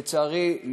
לצערי,